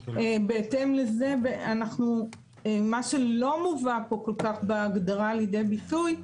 מה שלא מובא פה כל כך בהגדרה לידי ביטוי,